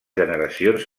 generacions